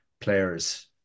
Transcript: players